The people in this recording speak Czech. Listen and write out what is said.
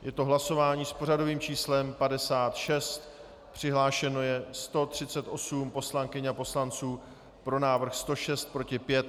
Je to hlasování s pořadovým číslem 56, přihlášeno je 138 poslankyň a poslanců, pro návrh 106, proti 5.